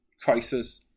crisis